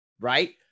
right